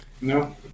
No